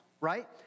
right